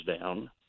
down